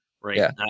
right